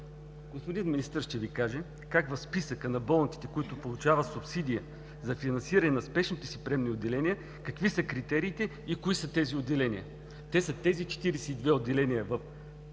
Господин министърът ще Ви каже за списъка на болниците, които получават субсидия за финансиране на спешните си приемни отделения – какви са критериите и кои са тези отделения. Това са тези 42 отделения в България,